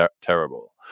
terrible